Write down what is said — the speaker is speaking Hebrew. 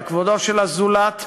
על כבודו של הזולת,